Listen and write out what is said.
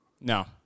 No